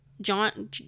john